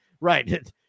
Right